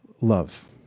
love